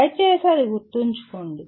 దయచేసి అది గుర్తుంచుకోండి